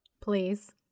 Please